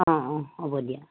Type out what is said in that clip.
অঁ অঁ হ'ব দিয়া